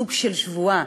סוג של שבועה,